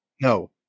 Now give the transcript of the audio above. No